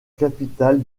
capitale